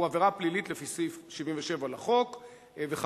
הוא עבירה פלילית לפי סעיף 77 לחוק וכדומה.